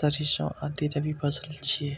सरिसों आदि रबी फसिल छियै